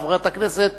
חברת הכנסת